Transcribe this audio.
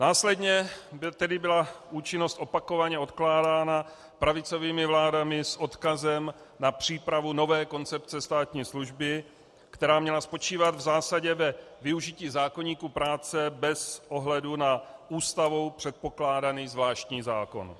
Následně byla účinnost opakovaně odkládána pravicovými vládami s odkazem na přípravu nové koncepce státní služby, která měla spočívat v zásadě ve využití zákoníku práce bez ohledu na Ústavou předpokládaný zvláštní zákon.